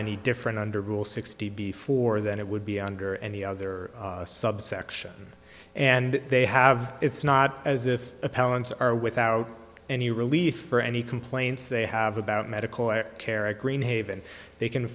any different under rule sixty before than it would be under any other subsection and they have it's not as if the palin's are without any relief or any complaints they have about medical care a green haven they can